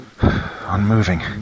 Unmoving